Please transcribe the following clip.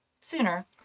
sooner